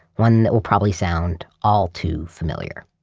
one that will probably sound all too familiar.